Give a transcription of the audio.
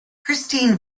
christine